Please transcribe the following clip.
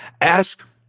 Ask